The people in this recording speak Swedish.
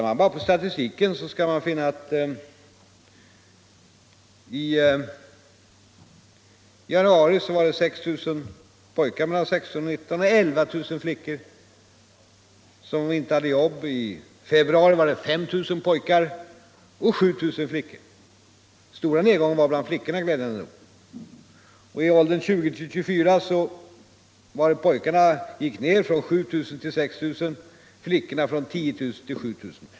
Ser man på statistiken, skall man finna att det i januari var 6 000 pojkar mellan 16 och 19 år och 11 000 flickor i samma åldrar som inte hade jobb. I februari var det 5 000 pojkar och 7 000 flickor. Den stora nedgången var glädjande nog bland flickorna. I åldrarna 20-24 år gick pojkarnas arbetslöshet ned från 7 000 till 6 000 och flickornas från 10 000 till 7 000.